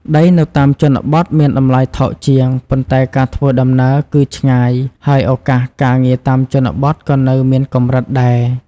ដីនៅតាមជនបទមានតម្លៃថោកជាង ប៉ុន្តែការធ្វើដំណើរគឺឆ្ងាយ ហើយឱកាសការងារតាមជនបទក៏នៅមានកម្រិតដែរ។